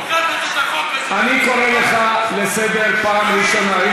אני קורא אותך לסדר פעם ראשונה.